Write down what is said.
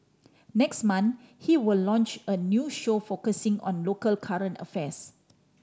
next month he will launch a new show focusing on local current affairs